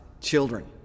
children